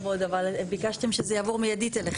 (10ב) בסעיף 41 יבוא - (א)